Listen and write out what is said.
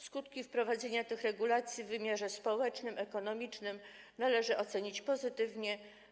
Skutki wprowadzenia tych regulacji w wymiarze społecznym i ekonomicznym należy ocenić pozytywnie.